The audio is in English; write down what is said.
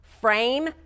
Frame